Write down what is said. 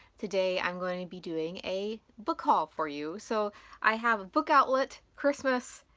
today i'm going to be doing a book haul for you, so i have a book outlet, christmas,